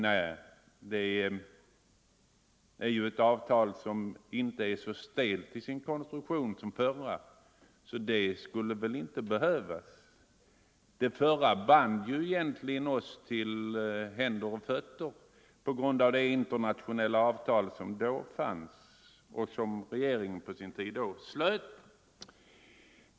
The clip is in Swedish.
Nej, det är ju ett avtal som inte är så stelt till sin konstruktion som det förra, så det skulle väl inte behöva rivas upp. Det förra avtalet band oss egentligen till händer och fötter på grund av det internationella avtal som då fanns och som regeringen på sin tid anslöt oss till.